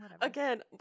again